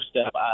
step